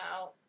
out